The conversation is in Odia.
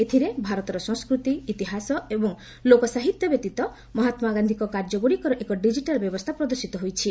ଏଥିରେ ଭାରତର ସଂସ୍କୃତି ଇତିହାସ ଏବଂ ଲୋକ ସାହିତ୍ୟ ବ୍ୟତୀତ ମହାତ୍ଲାଗାନ୍ଧୀଙ୍କ କାର୍ଯ୍ୟଗୁଡିକର ଏକ ଡିଜିଟାଲ ବ୍ୟବସ୍ଥା ପ୍ରଦର୍ଶିତ ହୋଇଛି